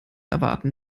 erwarten